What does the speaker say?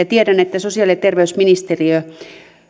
tiedän että sosiaali ja terveysministeriö